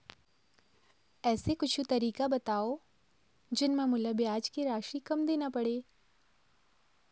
ऐसे कुछू तरीका बताव जोन म मोला ब्याज के राशि कम देना पड़े?